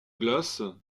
glaces